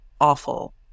awful